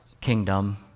kingdom